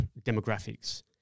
demographics